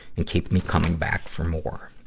and keep me coming back for more.